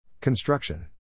Construction